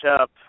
up